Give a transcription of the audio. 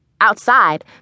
Outside